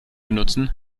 benutzen